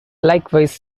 likewise